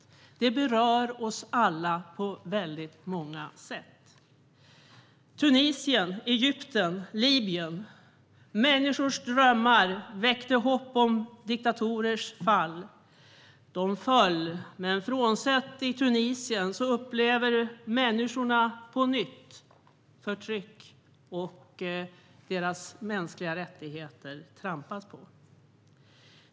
Det berör oss alla på väldigt många sätt. I Tunisien, Egypten och Libyen väckte människors drömmar hopp om diktatorers fall. De föll, men frånsett i Tunisien upplever människorna på nytt förtryck och att det trampas på deras mänskliga rättigheter.